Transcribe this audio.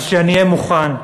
אז שאני אהיה מוכן.